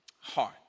heart